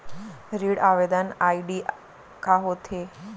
ऋण आवेदन आई.डी का होत हे?